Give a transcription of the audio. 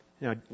Now